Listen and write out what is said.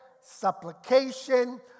supplication